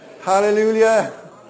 Hallelujah